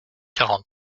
quarante